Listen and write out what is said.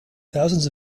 thousands